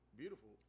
beautiful